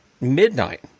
midnight